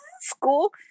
school